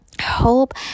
hope